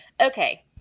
Okay